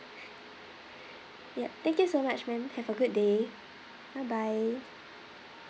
yup thank you so much ma'am have a good day bye bye